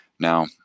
Now